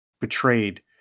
betrayed